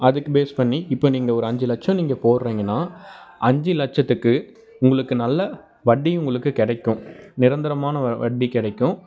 அதுக்கு பேஸ் பண்ணி இப்போ நீங்கள் ஒரு அஞ்சு லட்சம் நீங்கள் போடுறீங்கன்னா அஞ்சு லட்சத்துக்கு உங்களுக்கு நல்ல வட்டியும் உங்களுக்கு கிடைக்கும் நிரந்தரமான வட்டி கிடைக்கும்